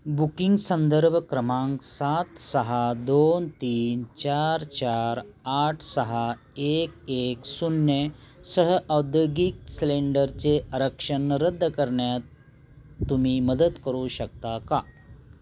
booking संदर्भ क्रमांक सात सहा दोन तीन चार चार आठ सहा एक एक शून्यसह औद्योगीक सिलेंडरचे आरक्षण रद्द करण्यात तुम्ही मदत करू शकता का